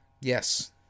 Yes